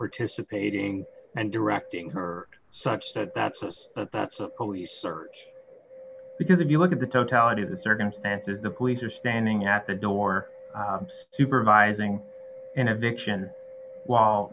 participating and directing her such that that's this that's a police search because if you look at the totality of the circumstances the police are standing at the door supervising and eviction while